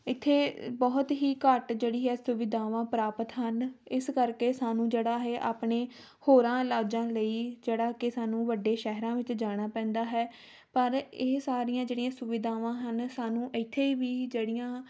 ਇੱਥੇ ਬਹੁਤ ਹੀ ਘੱਟ ਜਿਹੜੀ ਹੈ ਸੁਵਿਧਾਵਾਂ ਪ੍ਰਾਪਤ ਹਨ ਇਸ ਕਰਕੇ ਸਾਨੂੰ ਜਿਹੜਾ ਇਹ ਆਪਣੇ ਹੋਰਾਂ ਇਲਾਜਾਂ ਲਈ ਜਿਹੜਾ ਕਿ ਸਾਨੂੰ ਵੱਡੇ ਸ਼ਹਿਰਾਂ ਵਿੱਚ ਜਾਣਾ ਪੈਂਦਾ ਹੈ ਪਰ ਇਹ ਸਾਰੀਆਂ ਜਿਹੜੀਆਂ ਸੁਵਿਧਾਵਾਂ ਹਨ ਸਾਨੂੰ ਇੱਥੇ ਵੀ ਜਿਹੜੀਆਂ